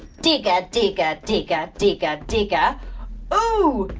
digga digga digga digga digga oooo.